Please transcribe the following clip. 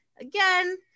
again